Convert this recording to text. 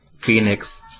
phoenix